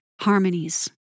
harmonies